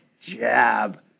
jab